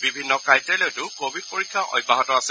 বিভিন্ন কাৰ্যালয়তো কোৱিড পৰীক্ষা অব্যাহত আছে